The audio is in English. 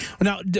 Now